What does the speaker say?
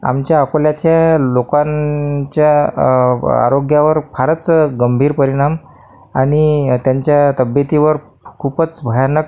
आमच्या अकोल्याच्या लोकांच्या आरोग्यवर फारच गंभीर परिणाम आणि त्यांच्या तब्येतीवर खूपच भयानक